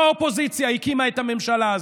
לא האופוזיציה הקימה את הממשלה הזאת.